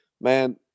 man